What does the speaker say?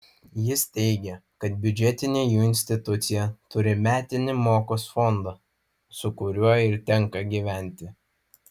jis teigė kad biudžetinė jų institucija turi metinį mokos fondą su kuriuo ir tenka gyventi